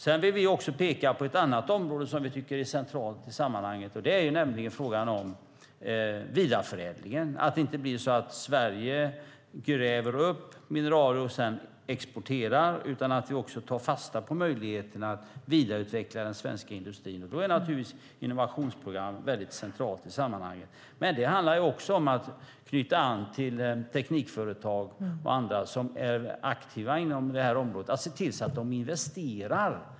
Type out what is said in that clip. Vi vill också peka på ett annat område som vi tycker är centralt i sammanhanget, nämligen frågan om vidareförädlingen. Det ska inte bli så att Sverige gräver upp mineraler och sedan exporterar, utan vi ska ta fasta på möjligheterna att vidareutveckla den svenska industrin. Då är naturligtvis innovationsprogram centrala i sammanhanget. Det handlar också om att knyta an till teknikföretag och andra som är aktiva på området. De måste investera.